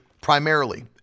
primarily